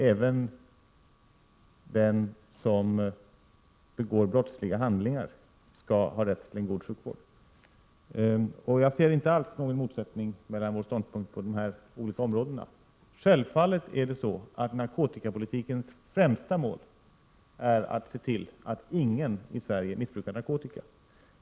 Även den som begår brottsliga handlingar skall ha rätt till en god sjukvård. Jag ser inte alls någon motsättning mellan våra ståndpunkter på de här olika områdena. Självfallet är narkotikapolitikens främsta mål att se till att ingen i Sverige missbrukar narkotika.